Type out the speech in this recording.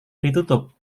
ditutup